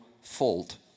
fault